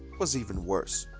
was even worse.